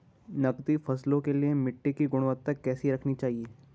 नकदी फसलों के लिए मिट्टी की गुणवत्ता कैसी रखनी चाहिए?